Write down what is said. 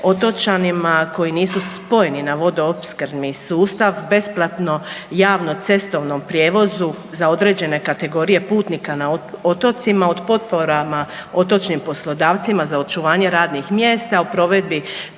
otočanima koji nisu spojeni na vodoopskrbni sustav, besplatno javnom cestovnom prijevozu za određene kategorije putnika na otocima, o potporama otočnim poslodavcima za očuvanje radnih mjesta, o provedbi